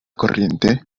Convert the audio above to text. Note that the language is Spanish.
corriente